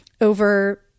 over